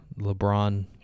LeBron